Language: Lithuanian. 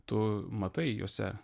tu matai juose